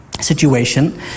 situation